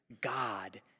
God